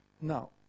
Now